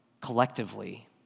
collectively